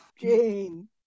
Jane